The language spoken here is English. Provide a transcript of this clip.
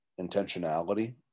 intentionality